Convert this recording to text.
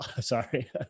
sorry